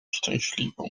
szczęśliwą